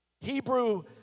Hebrew